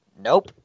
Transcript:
Nope